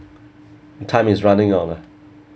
time is running out ah